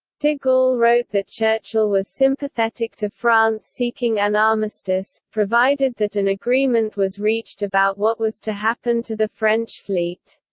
de gaulle wrote that churchill was sympathetic to france seeking an armistice, provided that an agreement was reached about what was to happen to the french fleet.